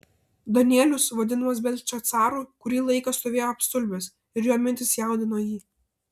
danielius vadinamas beltšacaru kurį laiką stovėjo apstulbęs ir jo mintys jaudino jį